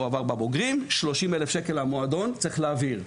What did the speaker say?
עבר בבוגרים 30,000 שקל המועדון צריך להעביר.